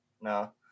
No